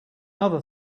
other